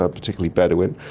ah particularly bedouin.